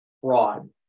fraud